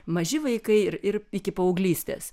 maži vaikai ir ir iki paauglystės